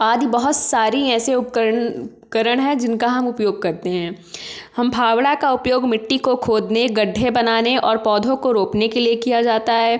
आदि बहुत सारी ऐसे उपकरण हैं जिनका हम उपयोग करते हैं हम फावड़ा का उपयोग मिट्टी को खोदने गड्ढे बनाने और पौधों को रोपने के लिए किया जाता है